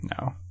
No